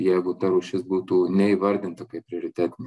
jeigu ta rūšis būtų neįvardinta kaip prioritetinė